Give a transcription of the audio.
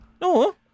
No